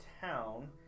town